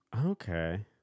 Okay